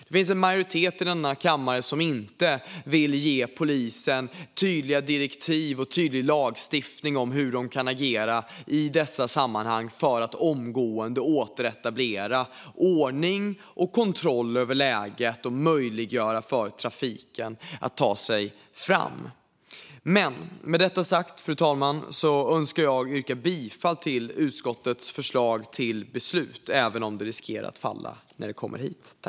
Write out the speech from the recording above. Det finns en majoritet i kammaren som inte vill ge polisen tydliga direktiv och tydlig lagstiftning om hur den kan agera i sådana här sammanhang för att omgående återetablera ordning och kontroll och möjliggöra för trafikanterna att ta sig fram. Fru talman! Jag yrkar bifall till utskottets förslag även om det riskerar att falla i voteringen.